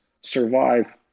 survive